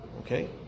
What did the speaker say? Okay